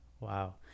wow